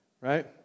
right